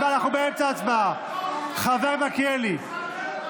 נגד מיכל וולדיגר,